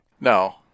No